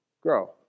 grow